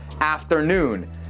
afternoon